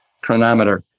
chronometer